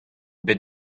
bet